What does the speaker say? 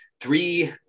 three